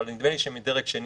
אבל נדמה לי שמדרג שני.